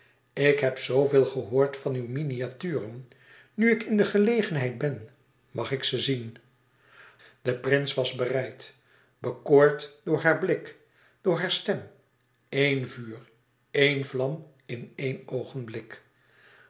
ik heb zoo veel gehoord van uw miniaturen nu ik in de gelegenheid ben màg ik ze zien de prins was bereid bekoord door haar blik door haar stem éen vuur éen vlam in een oogenblik